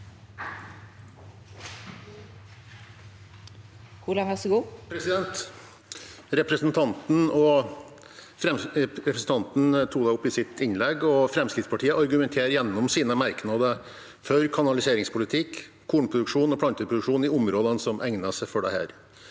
Representan- ten tok det opp i sitt innlegg, og Fremskrittspartiet argumenterer gjennom sine merknader for kanaliseringspolitikk, kornproduksjon og planteproduksjon i områdene som egner seg for dette.